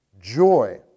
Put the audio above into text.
joy